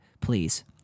Please